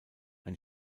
ein